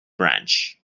branch